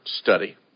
study